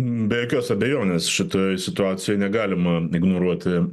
be jokios abejonės šitoj situacijoj negalima ignoruoti